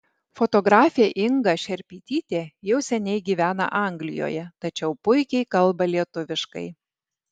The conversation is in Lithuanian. fotografė inga šerpytytė jau seniai gyvena anglijoje tačiau puikiai kalba lietuviškai